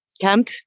camp